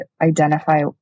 identify